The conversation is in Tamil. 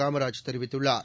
காமராஜ் தெரிவித்துள்ளார்